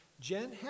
Jen